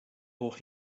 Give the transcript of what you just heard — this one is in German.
hoch